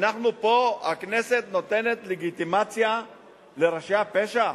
אנחנו פה, הכנסת נותנת לגיטימציה לראשי הפשע?